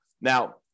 Now